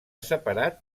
separat